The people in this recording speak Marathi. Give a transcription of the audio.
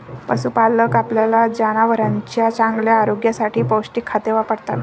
पशुपालक आपल्या जनावरांच्या चांगल्या आरोग्यासाठी पौष्टिक खाद्य वापरतात